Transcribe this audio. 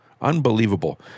Unbelievable